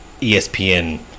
ESPN